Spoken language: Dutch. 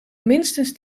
minstens